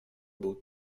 był